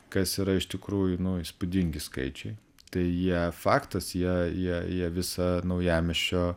kas yra iš tikrųjų įspūdingi skaičiai tai jie faktas jie jie jie visą naujamiesčio